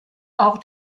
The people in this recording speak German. auch